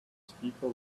speaker